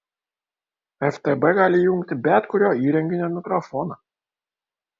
ftb gali įjungti bet kurio įrenginio mikrofoną